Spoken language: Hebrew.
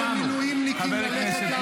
שר במדינת ישראל ששולח מילואימניקים לעזאזל,